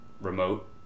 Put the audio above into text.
remote